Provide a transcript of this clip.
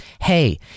hey